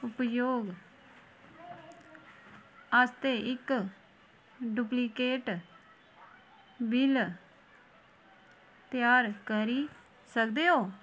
उपयोग आस्तै इक डुप्लिकेट बिल त्यार करी सकदे ओ